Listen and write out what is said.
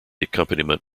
accompaniment